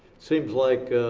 seems like